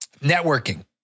Networking